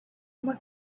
uma